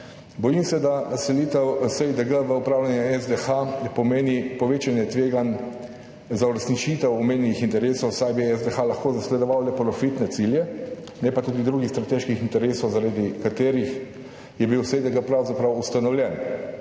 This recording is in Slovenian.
Bojim se, da selitev SiDG v upravljanje SDH pomeni povečanje tveganj za uresničitev omenjenih interesov, saj bi SDH lahko zasledoval le profitne cilje, ne pa tudi drugih strateških interesov, zaradi katerih je bil SiDG pravzaprav ustanovljen.